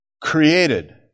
created